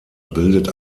bildet